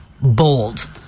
bold